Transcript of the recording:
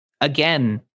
again